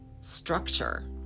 structure